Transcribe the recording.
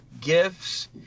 gifts